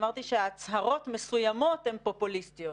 אמרתי שהצהרות מסוימות הן פופוליסטיות.